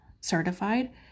certified